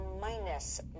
minus